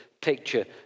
picture